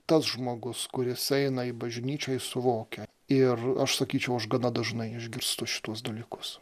tas žmogus kuris eina į bažnyčią jis suvokia ir aš sakyčiau aš gana dažnai išgirstu šituos dalykus